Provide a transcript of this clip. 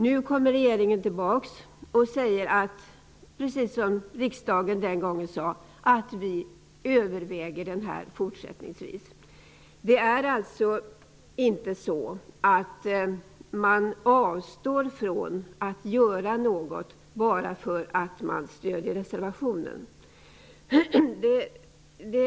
Nu kommer regeringen tillbaka och säger, precis som riksdagen den gången, att frågan fortsättningsvis skall övervägas. Det är alltså inte så att man avstår från att göra något bara därför att man stödjer reservationen.